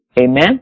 amen